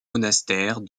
monastère